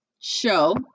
show